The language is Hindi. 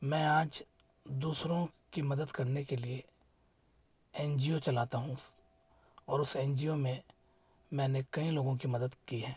मैं आज दूसरों की मदद करने के लिए एन जी ओ चलाता हूँ और उस एन जी ओ में मैंने कई लोगों की मदद की है